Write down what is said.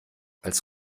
als